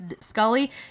Scully